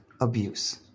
abuse